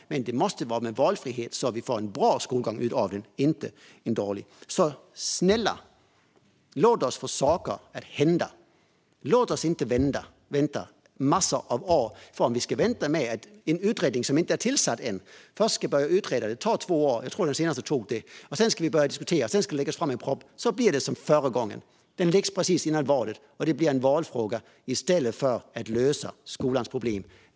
Men valfriheten måste göra att vi får en bra skolgång, inte en dålig. Så snälla, låt oss få saker att hända! Låt oss inte vänta en massa år. Om vi ska vänta på att en utredning som ännu inte är tillsatt först ska börja utreda tar det två år - jag tror att den senaste tog det - och sedan ska vi börja diskutera och därefter ska det läggas fram en proposition, och då blir det som förra gången: Den läggs precis före valet, och det blir en valfråga i stället för att lösa skolans problem.